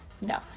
no